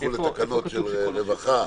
שילכו לתקנות של רווחה.